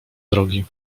drogi